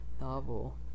novel